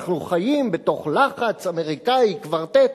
אנחנו חיים תחת הלחץ האמריקני והקוורטט,